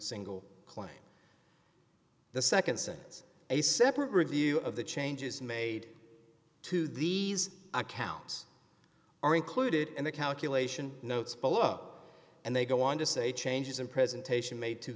single claim the nd since a separate review of the changes made to these accounts are included in the calculation notes below and they go on to say changes in presentation made to